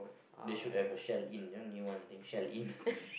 they should have a Shell-In you know new one I think Shell-In